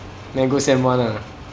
then go sem one ah